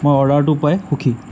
মই অৰ্ডাৰটো পাই সুখী